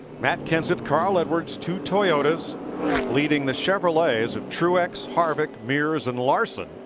matt ken said, carl edwards, two toyotas leading the chevrolets of truex, harvick, mears, and larson.